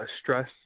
stress